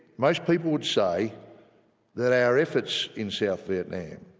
most people would say that our efforts in south vietnam,